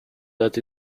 that